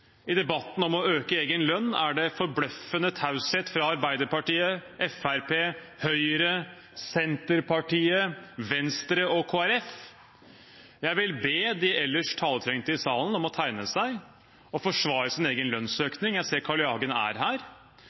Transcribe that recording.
I debatten om å øke egen lønn er det forbløffende taushet fra Arbeiderpartiet, Fremskrittspartiet, Høyre, Senterpartiet, Venstre og Kristelig Folkeparti. Jeg vil be de ellers taletrengte i salen om å tegne seg og forsvare sin egen lønnsøkning. Jeg ser Carl I. Hagen er her.